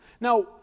Now